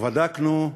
ובדקנו,